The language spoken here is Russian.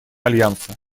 альянса